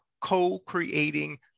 co-creating